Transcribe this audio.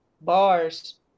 Bars